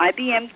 IBM